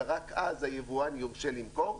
ורק אז היבואן יורשה למכור,